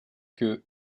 que